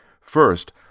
First